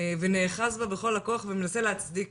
והאוחזים בה בכל הכוח ומנסים להצדיק